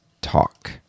talk